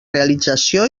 realització